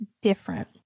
different